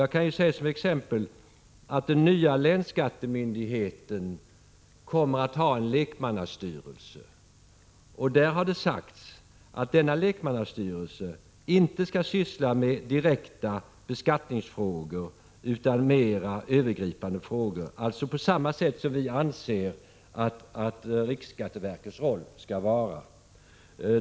Jag kan som exempel nämna att den nya länsskattemyndigheten kommer att ha en lekmannastyrelse. Det har sagts att denna lekmannastyrelse inte skall syssla med beskattningsfrågor utan med mer övergripande frågor. Av samma slag anser vi att riksskatteverkets roll skall vara.